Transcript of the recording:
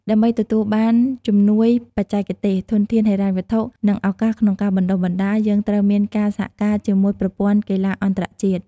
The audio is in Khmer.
ដើម្បីទទួលបានជំនួយបច្ចេកទេស ធនធានហិរញ្ញវត្ថុ និងឱកាសក្នុងការបណ្តុះបណ្តាល យើងត្រូវមានការសហការជាមួយប្រព័ន្ធកីទ្បាអន្តរជាតិ។